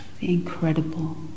incredible